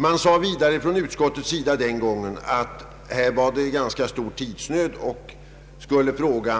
Man sade vidare från utskottets sida den gången att tidsnöden var stor och att